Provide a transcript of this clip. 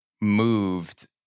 moved